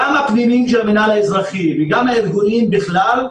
גם הפנימיים של המינהל האזרחי וגם הארגוניים בכלל,